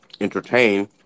entertain